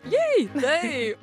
jej taip